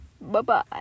Bye-bye